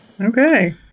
Okay